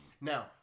Now